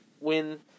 win